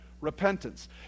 Repentance